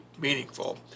meaningful